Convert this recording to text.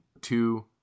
two